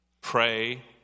Pray